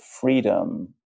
freedom